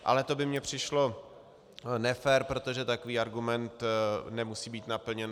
Ale to by mně přišlo nefér, protože takový argument nemusí být naplněn.